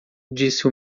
disse